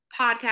podcast